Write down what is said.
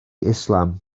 islam